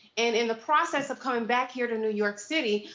and in the process of coming back here to new york city,